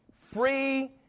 free